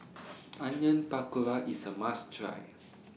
Onion Pakora IS A must Try